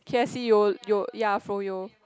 k_f_c yo yo ya froyo